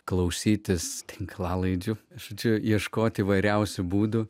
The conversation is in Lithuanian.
klausytis tinklalaidžių žodžiu ieškoti įvairiausių būdų